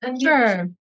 Sure